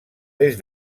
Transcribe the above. des